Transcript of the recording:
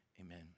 Amen